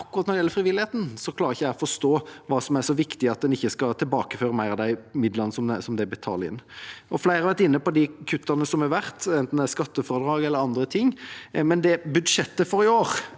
akkurat når det gjelder frivilligheten, klarer ikke jeg å forstå hva som er så viktig at en ikke kan tilbakeføre mer av midlene som de betaler inn. Flere har vært inne på kuttene som har vært, enten det er skattefradrag eller andre ting, men budsjettet for i år